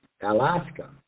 Alaska